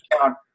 count